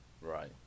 right